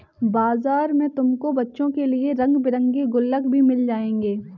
बाजार में तुमको बच्चों के लिए रंग बिरंगे गुल्लक भी मिल जाएंगे